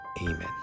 Amen